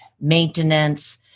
maintenance